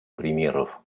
примеров